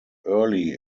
early